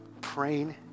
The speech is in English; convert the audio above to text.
praying